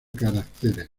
caracteres